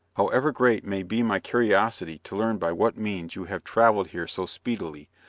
however great may be my curiosity to learn by what means you have travelled here so speedily,